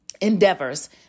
Endeavors